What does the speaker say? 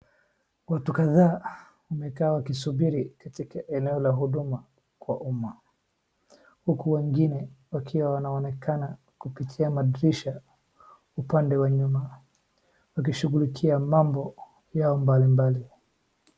Watu kadhaa wamekaa wakisubiri katika eneo la huduma kwa umma huku wengine wakiwa wanaonekana kupitia madirisha upande wa nyuma wakishughulikia mambo yao mbalimbali.